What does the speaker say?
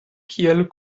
kiel